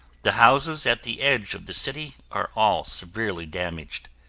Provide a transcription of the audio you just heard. the houses at the edge of the city are all severely damaged.